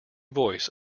voice